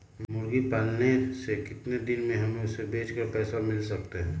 मुर्गी पालने से कितने दिन में हमें उसे बेचकर पैसे मिल सकते हैं?